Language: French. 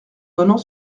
donnant